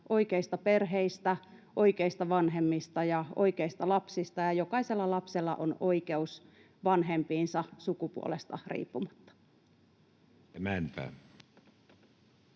oikeista perheistä, oikeista vanhemmista ja oikeista lapsista, ja jokaisella lapsella on oikeus vanhempiinsa sukupuolesta riippumatta.